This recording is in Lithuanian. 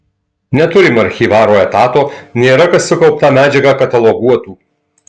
neturim archyvaro etato nėra kas sukauptą medžiagą kataloguotų